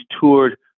toured